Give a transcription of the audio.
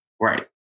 Right